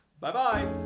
Bye-bye